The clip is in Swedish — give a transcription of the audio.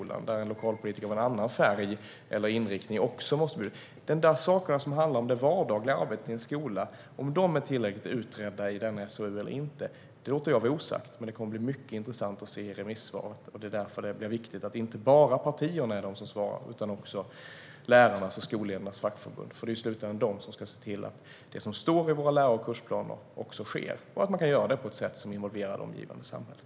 Ska skolan då också bjuda in kommunpolitiker av annan färg eller inriktning? Om frågan om det vardagliga arbetet i en skola är tillräckligt utredd i SOU:n eller inte låter jag vara osagt. Men det kommer att bli mycket intressant att ta del av remissvaren. Det är därför som det är viktigt att det inte bara är partierna som yttrar sig utan också lärarnas och skolledarnas fackförbund eftersom det i slutändan är de som ska se till att det som står i läro och kursplanerna också sker på ett sätt som involverar det omgivande samhället.